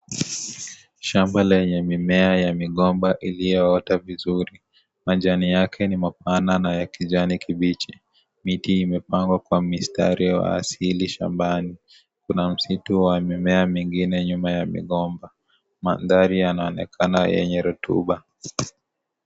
Shamba lenye mimea ya migomba iliyo ota vizuri. Majani yake ni mapana na ya kijani kibichi. Miti imepangwa kwa mistari ya asili shambani. Kuna msitu ya mimea mingine nyuma ya migomba. Mandhari yanaonekana yenye rutuba.